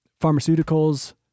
pharmaceuticals